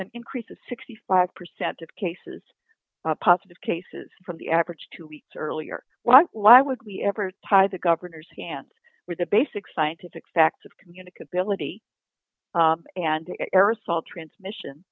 an increase of sixty five percent of cases positive cases from the average two weeks earlier why why would we ever tie the governor's hands with the basic scientific facts of communicability and aerosol transmission